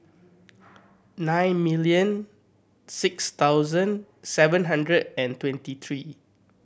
nine million six thousand seven hundred and twenty three